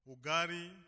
ugari